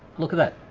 look at that!